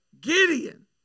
Gideon